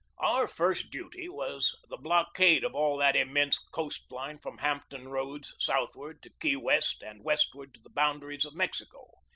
our first duty was the blockade of all that im mense coast-line from hampton roads southward to key west and westward to the boundaries of mexico.